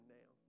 now